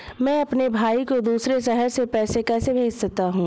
मैं अपने भाई को दूसरे शहर से पैसे कैसे भेज सकता हूँ?